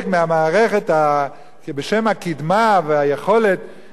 בשם הקדמה והיכולת לפתוח דברים,